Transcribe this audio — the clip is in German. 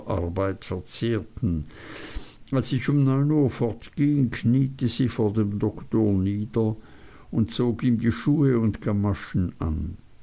verzehrten als ich um neun uhr fortging kniete sie vor dem doktor nie der und zog ihm die schuhe und gamaschen an